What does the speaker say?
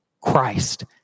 Christ